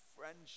Friendship